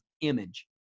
image